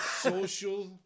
social